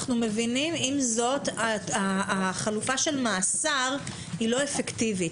זאת, החלופה של מאסר לא אפקטיבית.